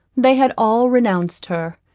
they had all renounced her,